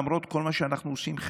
למרות כל מה שאנחנו עושים,